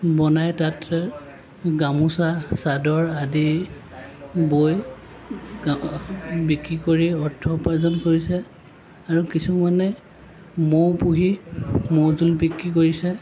বনাই তাত গামোচা চাদৰ আদি বই বিক্ৰী কৰি অৰ্থ উপাৰ্জন কৰিছে আৰু কিছুমানে মৌ পুহি মৌজোল বিক্ৰী কৰিছে